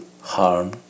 harm